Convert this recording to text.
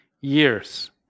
years